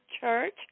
church